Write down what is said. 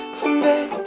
someday